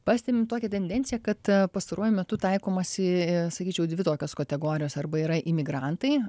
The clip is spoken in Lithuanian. pastebim tokią tendenciją kad pastaruoju metu taikomasi sakyčiau dvi tokios kategorijos arba yra imigrantai